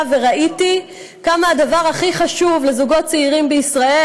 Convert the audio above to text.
וראיתי כמה הדבר הכי חשוב לזוגות צעירים בישראל,